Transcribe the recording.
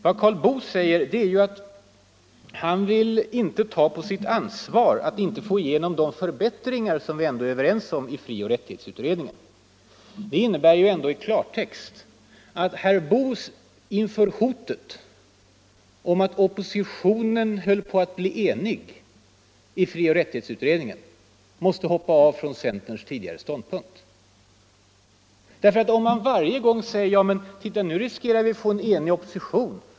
Vad Karl Boo säger är att han inte vill ”ta på sitt ansvar” att inte få igenom de förbättringar som vi ändå är överens om i frioch rättighetsutredningen. Det innebär ju ändå i klartext att herr Boo inför hotet om att oppositionen höll på att bli enig i frioch rättighetsutredningen måste hoppa av från centerns tidigare ståndpunkt. Om man varje gång säger: ”Titta, nu riskerar vi att få en enig opposition!